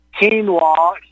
quinoa